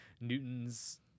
Newton's